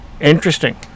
Interesting